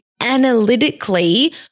analytically